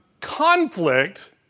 conflict